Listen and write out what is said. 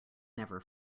never